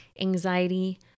anxiety